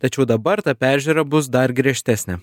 tačiau dabar ta peržiūra bus dar griežtesnė